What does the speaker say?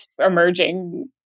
emerging